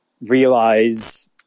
realize